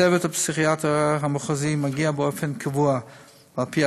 צוות הפסיכיאטר המחוזי מגיע באופן קבוע ועל פי